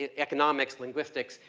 ah economics, linguistics,